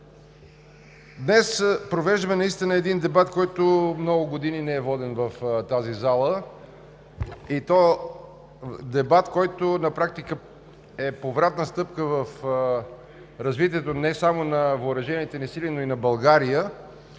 Днес провеждаме един дебат, който много години не е воден в тази зала, дебат, който на практика е повратна стъпка в развитието не само на въоръжените ни сили, но и на България,